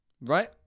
right